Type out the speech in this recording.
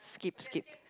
skip skip